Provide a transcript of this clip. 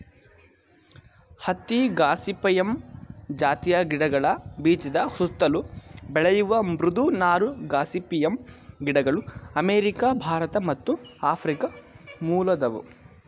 ಹತ್ತಿ ಗಾಸಿಪಿಯಮ್ ಜಾತಿಯ ಗಿಡಗಳ ಬೀಜದ ಸುತ್ತಲು ಬೆಳೆಯುವ ಮೃದು ನಾರು ಗಾಸಿಪಿಯಮ್ ಗಿಡಗಳು ಅಮೇರಿಕ ಭಾರತ ಮತ್ತು ಆಫ್ರಿಕ ಮೂಲದವು